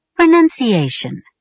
Pronunciation